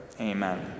Amen